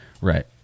Right